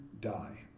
die